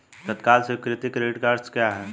तत्काल स्वीकृति credit cards क्या हैं?